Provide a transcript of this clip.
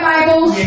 Bibles